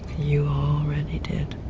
you already did.